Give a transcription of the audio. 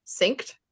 synced